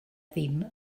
ddim